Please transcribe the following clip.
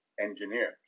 engineers